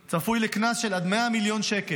צפוי לקנס של עד 100 מיליון שקלים.